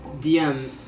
DM